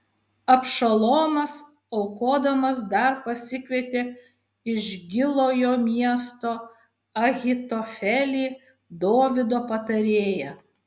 abšalomas aukodamas dar pasikvietė iš gilojo miesto ahitofelį dovydo patarėją